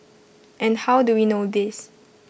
and how do we know this